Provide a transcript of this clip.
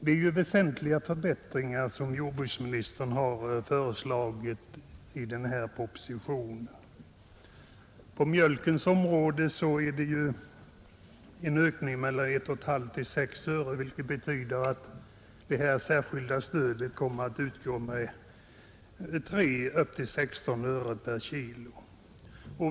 Det är väsentliga förbättringar som jordbruksministern har föreslagit i propositionen. För mjölken innebär det en ökning på mellan 1,5 och 6 öre per kg, vilket betyder att det särskilda stödet kommer att utgå med 3 — 16 öre per kg.